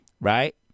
right